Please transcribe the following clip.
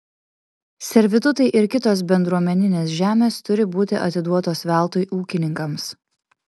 servitutai ir kitos bendruomeninės žemės turi būti atiduotos veltui ūkininkams